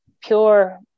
pure